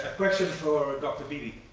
question for dr. beeby.